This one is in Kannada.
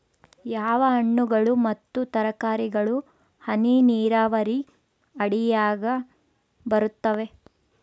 ಯಾವ ಹಣ್ಣುಗಳು ಮತ್ತು ತರಕಾರಿಗಳು ಹನಿ ನೇರಾವರಿ ಅಡಿಯಾಗ ಬರುತ್ತವೆ?